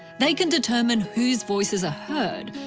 they can determine whose voices are heard,